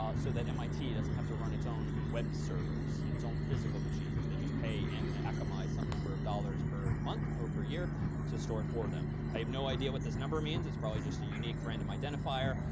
ah so that mit doesn't have to run its own web servers, its own physical machines. they just pay akamai some number of dollars per month or per year to store it for them. i have no idea what this number means. it's probably just a unique random identifier.